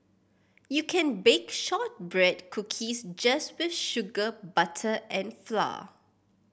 you can bake shortbread cookies just with sugar butter and flour